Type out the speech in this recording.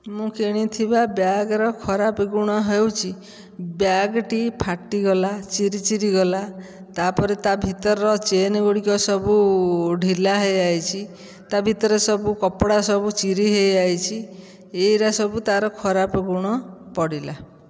ମୁଁ କିଣିଥିବା ବ୍ୟାଗ୍ର ଖରାପ୍ ଗୁଣ ହେଉଛି ବ୍ୟାଗ୍ଟି ଫାଟିଗଲା ଚିରିଚିରି ଗଲା ତାପରେ ତା' ଭିତରର ଚେନ୍ ଗୁଡ଼ିକ ସବୁ ଢିଲା ହେଇଆସିଛି ତା' ଭିତରେ ସବୁ କପଡ଼ା ସବୁ ଚିରି ହେଇଆସିଛି ଏଇଟା ତାର ସବୁ ଖରାପ ଗୁଣ ପଡ଼ିଲା